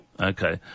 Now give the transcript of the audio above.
Okay